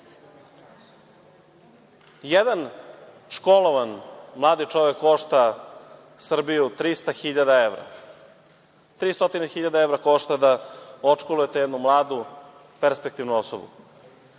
Jedan školovan mladi čovek košta Srbiju 300.000 evra. Znači, 300.000 evra košta da odškolujete jednu mladu perspektivnu osobu.